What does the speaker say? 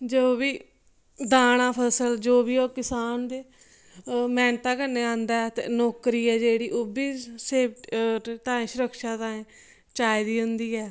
जो बी दाना फसल जो बी होग किसान दे ओह् मेहनता कन्नै आंदा ते नौकरी ऐ जेह्ड़ी ओह्बी ताईं सुरक्षा ताईं चाहिदी हुंदी ऐ